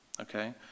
Okay